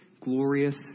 glorious